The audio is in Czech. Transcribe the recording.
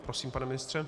Prosím, pane ministře.